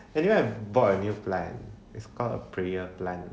anyway I have bought a new plant it's kind of prayer plant